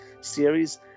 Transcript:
series